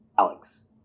Alex